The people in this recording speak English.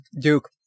Duke